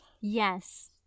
Yes